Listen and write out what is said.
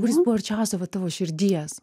kuris buvo arčiausia va tavo širdies